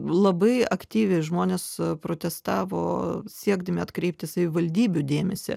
labai aktyviai žmonės protestavo siekdami atkreipti savivaldybių dėmesį